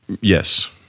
Yes